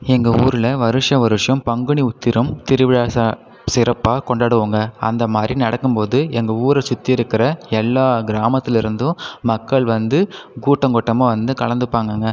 எங்கள் ஊரில் வருஷம் வருஷம் பங்குனி உத்திரம் திருவிழா சா சிறப்பாக கொண்டாடுவோங்க அந்த மாரி நடக்கும்போது எங்கள் ஊரை சுற்றி இருக்கிற எல்லா கிராமத்தில் இருந்தும் மக்கள் வந்து கூட்டம் கூட்டமாக வந்து கலந்துப்பாங்கங்க